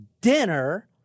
dinner